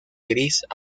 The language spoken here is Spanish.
gris